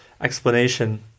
Explanation